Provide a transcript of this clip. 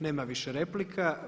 Nema više replika.